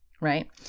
Right